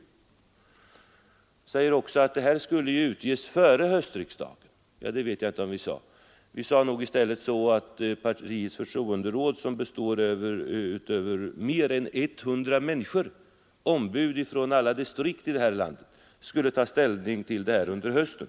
Herr Norling sade också att programmet skulle utges före höstriksdagen, men det vet jag inte om vi sade. I stället var det väl så att partiets förtroenderåd som består av över 100 människor, ombud för alla distrikt här i landet — skulle ta ställning till frågorna under hösten.